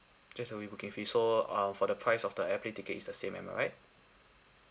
just the re-booking fee so uh for the price of the airplane tickets is the same am I right